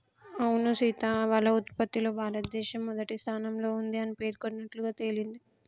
అవును సీత ఆవాల ఉత్పత్తిలో భారతదేశం మొదటి స్థానంలో ఉంది అని పేర్కొన్నట్లుగా తెలింది